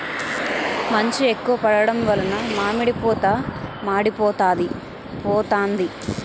మంచు ఎక్కువ పడడం వలన మామిడి పూత మాడిపోతాంది